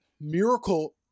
miracle